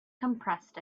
compressed